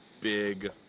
big